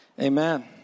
Amen